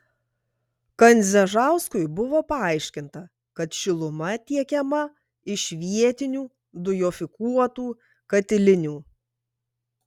kandzežauskui buvo paaiškinta kad šiluma tiekiama iš vietinių dujofikuotų katilinių